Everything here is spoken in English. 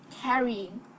carrying